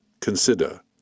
consider